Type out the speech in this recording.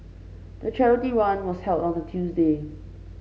the charity run was held on a Tuesday